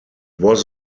was